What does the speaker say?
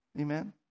Amen